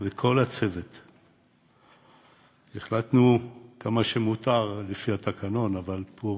וכל הצוות החלטנו, כמה שמותר לפי התקנון, אבל פה,